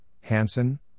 Hansen